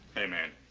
amen.